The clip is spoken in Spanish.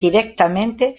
directamente